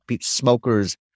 smokers